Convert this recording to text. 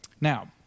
Now